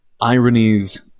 ironies